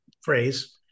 phrase